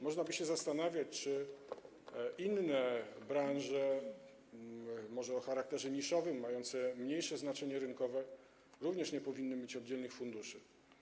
Można by się zastanawiać, czy inne branże, może te o charakterze niszowym, mające mniejsze znaczenie rynkowe, również nie powinny mieć oddzielnych funduszy.